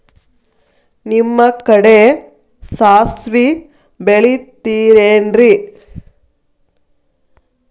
ನಿಮ್ಮ ಕಡೆ ಸಾಸ್ವಿ ಬೆಳಿತಿರೆನ್ರಿ?